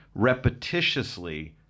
repetitiously